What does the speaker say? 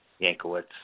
Yankowitz